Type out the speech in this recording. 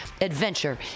adventure